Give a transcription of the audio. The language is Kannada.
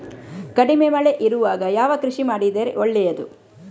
ಕಡಿಮೆ ಮಳೆ ಇರುವಾಗ ಯಾವ ಕೃಷಿ ಮಾಡಿದರೆ ಒಳ್ಳೆಯದು?